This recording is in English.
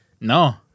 No